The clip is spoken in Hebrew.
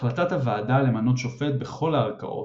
החלטת הוועדה למנות שופט בכל הערכאות,